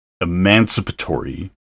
emancipatory